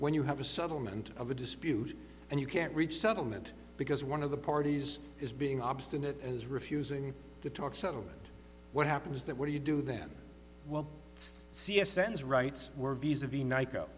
when you have a settlement of a dispute and you can't reach settlement because one of the parties is being obstinate as refusing to talk settlement what happens is that what do you do then well c s sends rights were visa v ni